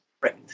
Right